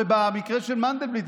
במקרה של מנדלבליט,